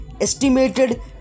estimated